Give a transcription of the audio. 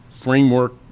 framework